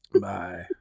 Bye